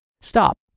Stop